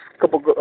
couple